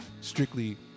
strictly